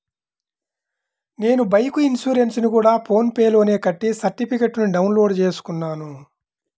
నేను బైకు ఇన్సురెన్సుని గూడా ఫోన్ పే లోనే కట్టి సర్టిఫికేట్టుని డౌన్ లోడు చేసుకున్నాను